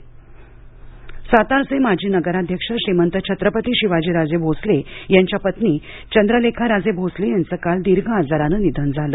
निधन सातारा सातारचे माजी नगराध्यक्ष श्रीमंत छत्रपती शिवाजीराजे भोसले यांच्या पत्नी चंद्रलेखाराजे भोसले यांचे काल दीर्घकालीन आजाराने निधन झाले